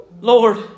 Lord